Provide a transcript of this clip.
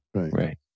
Right